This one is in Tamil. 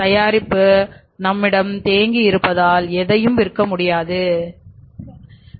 தயாரிப்புப் நம்மிடம் தேங்கி இருப்பதால் எதையும் விற்க முடியாது தேங்கி இருப்பதால் நம்மால் எதுவும் செய்ய முடியாது